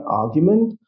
argument